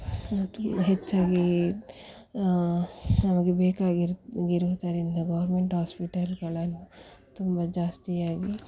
ಮತ್ತು ತುಂಬ ಹೆಚ್ಚಾಗಿ ನಮಗೆ ಬೇಕಾಗಿರುವುದರಿಂದ ಗೋರ್ಮೆಂಟ್ ಹಾಸ್ಪಿಟಲ್ಲುಗಳನ್ನು ತುಂಬ ಜಾಸ್ತಿಯಾಗಿ